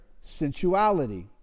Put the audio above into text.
sensuality